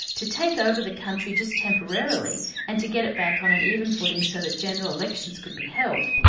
to take over the country just temporarily and to get it back on an even footing so that general elections could be held.